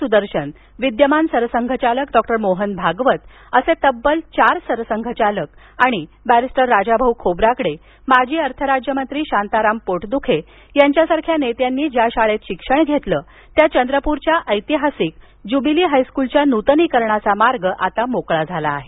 सुदर्शन विद्यमान सरसंघचालक डॉक्टर मोहन भागवत असे तब्बल चार सरसंघचालक आणि बॅरिस्टर राजाभाऊ खोब्रागडे माजी अर्थराज्यमंत्री शांताराम पोटद्खे यांच्यासारख्या नेत्यांनी ज्या शाळेत शिक्षण घेतलं त्या चंद्रपूरच्या ऐतिहासिक ज्युबिली हायस्कूलच्या नूतनीकरणाचा मार्ग आता मोकळा झाला आहे